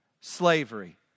slavery